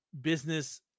business